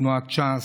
תנועת ש"ס,